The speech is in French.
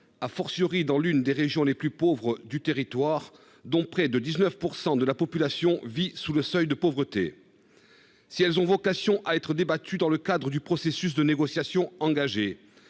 touche l'une des régions les plus pauvres du territoire, où près de 19 % de la population vit sous le seuil de pauvreté. Si elles ont vocation à être débattues dans le cadre du processus de négociation engagé,